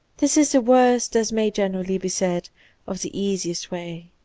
this is the worst, as may generally be said of the easiest way.